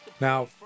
Now